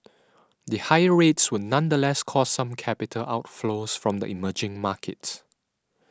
the higher rates would nonetheless cause some capital outflows from emerging markets